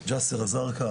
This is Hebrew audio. ג'סר-אל-זרקא,